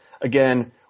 again